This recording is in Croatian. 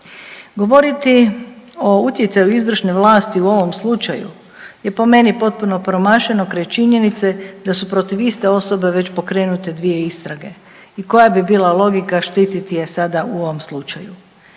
Govoriti o utjecaju izvršne vlasti u ovom slučaju je po meni potpuno promašeno kraj činjenice da su protiv iste osobe već pokrenute dvije istrage i koja bi bila logika štititi je sada u ovom slučaju.